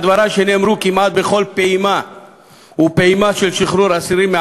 על דברי שנאמרו מעל במה זו כמעט בכל פעימה ופעימה של שחרור אסירים: